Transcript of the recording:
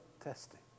testing